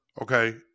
Okay